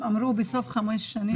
הם אמרו בסוף חמש שנים.